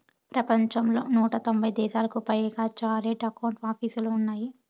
ప్రపంచంలో నూట తొంభై దేశాలకు పైగా చార్టెడ్ అకౌంట్ ఆపీసులు ఉన్నాయి